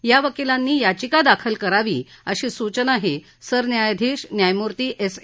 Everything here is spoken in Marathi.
या वकीलांनी याचिका दाखल करावी अशी सूचनाही सरन्यायाधीश न्यायमूर्ती ा ेजे